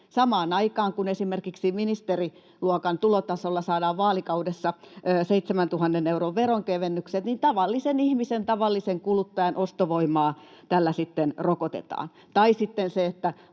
Samaan aikaan, kun esimerkiksi ministeriluokan tulotasolla saadaan vaalikaudessa 7 000 euron veronkevennykset, niin tavallisen ihmisen, tavallisen kuluttajan ostovoimaa tällä sitten rokotetaan. Tai sitten se, että